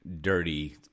dirty